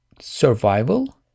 survival